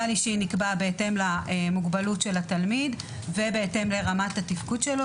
הסל האישי נקבע בהתאם למוגבלות של התלמיד ובהתאם לרמת התפקוד שלו.